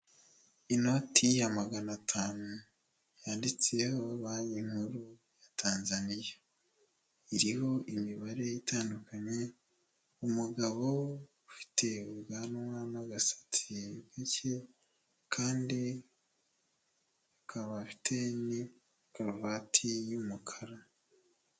Inoti ya magana atanu yanditseho banki nkuru ya Tanzania iriho imibare itandukanye umugabo ufite ubwanwa n'agasatsi gake kandi akaba afite na karuvati y'umukara .